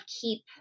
keep